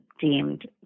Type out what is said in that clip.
deemed